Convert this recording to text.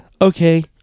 Okay